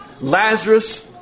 Lazarus